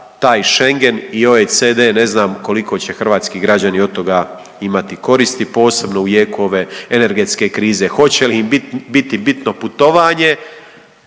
taj Schengen i OECD, ne znam koliko će hrvatski građani od toga imati koristi, posebno u jeku ove energetske krize, hoće li im bit, biti bitno putovanje,